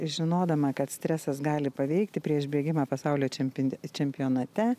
žinodama kad stresas gali paveikti prieš bėgimą pasaulio čempint čempionate